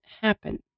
happen